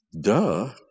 Duh